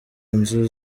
inzu